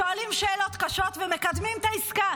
שואלים שאלות קשות ומקדמים את העסקה,